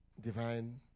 divine